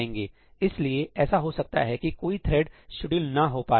इसलिए ऐसा हो सकता है कि कोई थ्रेड शेड्यूल ना हो पाए